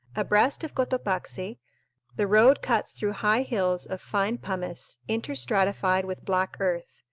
abreast of cotopaxi the road cuts through high hills of fine pumice inter-stratified with black earth,